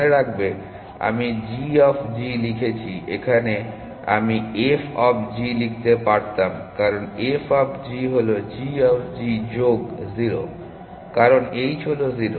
মনে রাখবে আমি g অফ g লিখেছি এখানে আমি f অফ g লিখতে পারতাম কারণ f অফ g হলো g অফ g যোগ 0 কারণ h হল 0